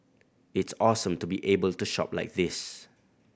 it's awesome to be able to shop like this